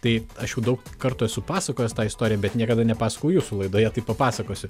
tai aš jau daug kartų esu pasakojęs tą istoriją bet niekada nepasakojau jūsų laidoje papasakosiu